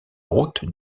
route